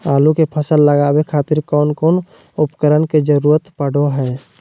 आलू के फसल लगावे खातिर कौन कौन उपकरण के जरूरत पढ़ो हाय?